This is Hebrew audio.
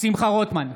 שמחה רוטמן,